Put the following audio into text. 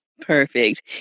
Perfect